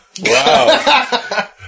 Wow